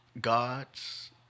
God's